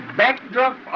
backdrop